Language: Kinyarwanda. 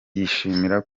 yishimira